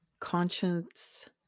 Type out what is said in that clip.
conscience